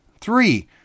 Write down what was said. Three